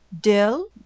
dill